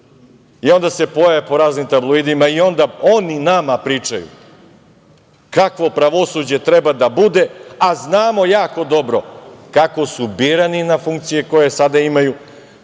i onda se pojave po raznim tabloidima i onda oni nama pričaju kakvo pravosuđe treba da bude, a znamo jako dobro kako su birani na funkcije koje sada imaju,